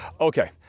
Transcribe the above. Okay